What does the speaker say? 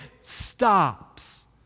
stops